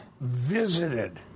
visited